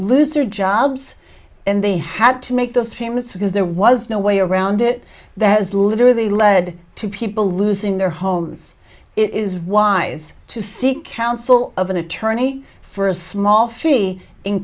lose their jobs and they had to make those payments because there was no way around it that has literally led to people losing their homes it is wise to seek counsel of an attorney for a small fee in